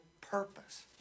purpose